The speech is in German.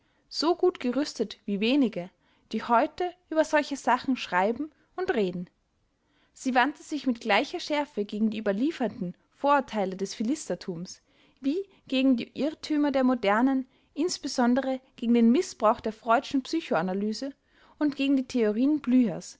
so gut gerüstet wie wenige die heute über solche sachen schreiben und reden sie wandte sich mit gleicher schärfe gegen die überlieferten vorurteile des philistertums wie gegen die irrtümer der modernen insbesondere gegen den mißbrauch der freudschen psychoanalyse und gegen die theorien blühers